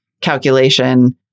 calculation